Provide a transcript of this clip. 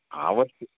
अवस्तु